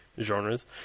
genres